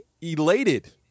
elated